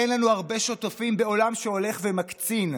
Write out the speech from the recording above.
אין לנו הרבה שותפים בעולם שהולך ומקצין".